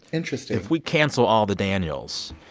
interesting if we cancel all the daniels,